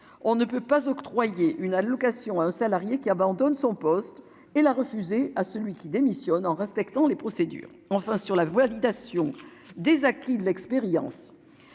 on ne peut pas octroyer une allocation, un salarié qui abandonne son poste et la refuser à celui qui démissionne en respectant les procédures, enfin sur la validation des acquis de l'expérience,